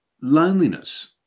Loneliness